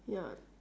ya